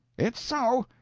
it's so.